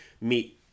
meet